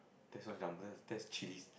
that's not that's Chillis